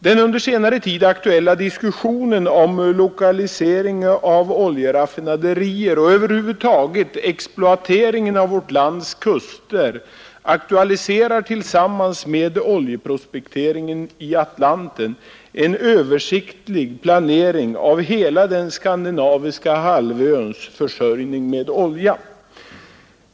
Den under senare tid aktuella diskussionen om lokalisering av oljeraffinaderier och över huvud taget exploateringen av vårt lands kuster aktualiserar tillsammans med oljeprospekteringen i Atlanten en översiktlig planering av hela skandinaviska halvöns försörjning med olja.